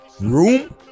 room